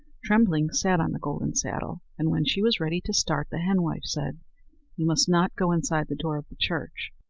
trembling sat on the golden saddle and when she was ready to start, the henwife said you must not go inside the door of the church,